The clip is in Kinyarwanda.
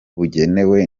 bugenewe